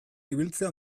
ibiltzea